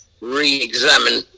re-examine